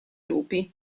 lupi